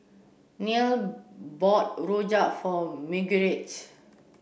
Neal bought Rojak for Marguerite